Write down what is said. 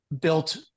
built